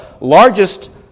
largest